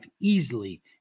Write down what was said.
easily